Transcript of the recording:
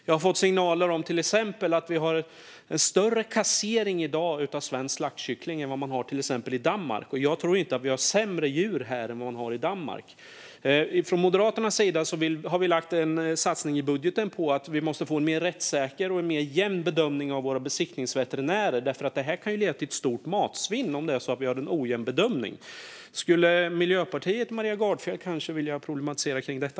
Jag har till exempel fått signaler om att vi i dag har en större kassering av svensk slaktkyckling än man har i exempelvis Danmark. Jag tror inte att vi har sämre djur här än man har i Danmark. Från Moderaternas sida har vi i budgeten gjort en satsning på att få en mer rättssäker och jämn bedömning av våra besiktningsveterinärer. Det kan nämligen leda till ett stort matsvinn om vi har en ojämn bedömning. Skulle Miljöpartiet och Maria Gardfjell kanske vilja problematisera lite kring detta?